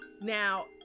Now